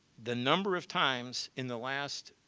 the number of times in the last,